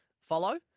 follow